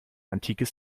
antikes